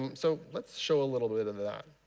um so let's show a little bit of that.